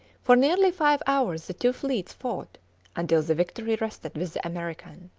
for nearly five hours the two fleets fought until the victory rested with the american.